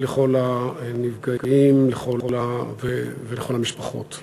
לכל הנפגעים ולכל המשפחות.